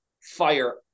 fire